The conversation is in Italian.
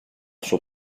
suo